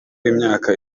imyaka